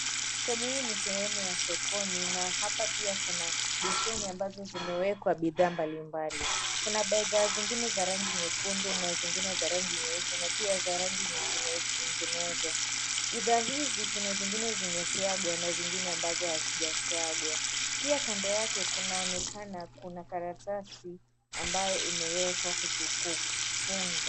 Sehemu hii ni sehemu ya sokoni na hapa pia kuna beseni ambazo zimewekwa bidhaa mbalimbali. Kuna bidhaa zingine za rangi nyekundu na zingine za rangi nyeusi, na pia za rangi nyinginezo. Bidhaa hizi kuna zingine zimesagwa na zingine ambazo hazijasagwa. Pia kando yake kunaonekana kuna karatasi ambayo imewekwa kuzunguka.